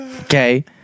Okay